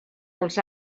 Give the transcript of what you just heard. els